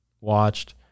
watched